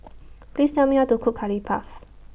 Please Tell Me How to Cook Curry Puff